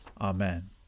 Amen